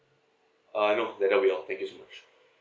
uh no that'll be all thank you so much